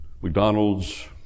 McDonald's